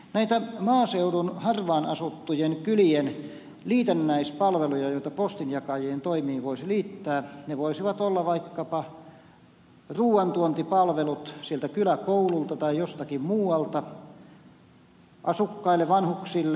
näitä maaseudun harvaanasuttujen kylien liitännäispalveluja joita postinjakajien toimiin voisi liittää voisivat olla vaikkapa ruoantuontipalvelut sieltä kyläkoululta tai jostakin muualta asukkaille vanhuksille